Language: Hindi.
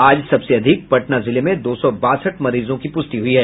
आज सबसे अधिक पटना जिले में दो सौ बासठ मरीजों की पुष्टि हुई है